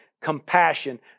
Compassion